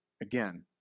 Again